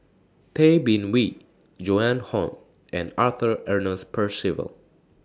Tay Bin Wee Joan Hon and Arthur Ernest Percival